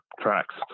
tracks